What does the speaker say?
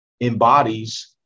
embodies